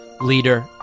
leader